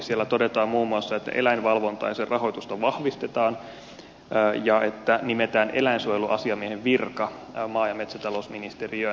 siellä todetaan muun muassa että eläinvalvontaa ja sen rahoitusta vahvistetaan ja että nimetään eläinsuojeluasiamiehen virka maa ja metsätalousministeriöön